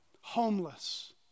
Homeless